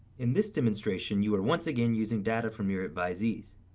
in this demonstration, you are once again using data from your advisees.